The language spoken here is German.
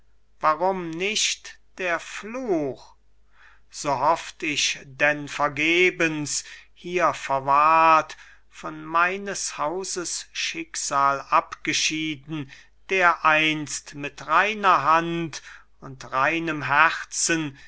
warum nicht der fluch so hofft ich denn vergebens hier verwahrt von meines hauses schicksal abgeschieden dereinst mit reiner hand und reinem herzen